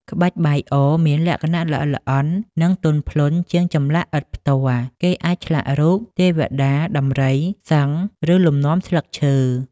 ក្បាច់បាយអរមានលក្ខណៈល្អិតល្អន់ និងទន់ភ្លន់ជាងចម្លាក់ឥដ្ឋផ្ទាល់ គេអាចឆ្លាក់រូប ទេវតា ដំរី សិង្ហ ឬលំនាំស្លឹកឈើ។